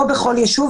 לא בכל ישוב,